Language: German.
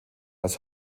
als